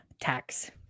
tax